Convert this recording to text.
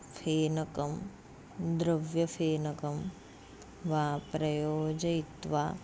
फेनकं द्रव्यफेनकं वा प्रयोजयित्वा